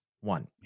One